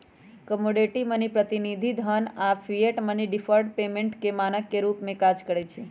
commodity money, प्रतिनिधि धन आऽ फिएट मनी डिफर्ड पेमेंट के मानक के रूप में काज करइ छै